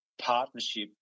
partnership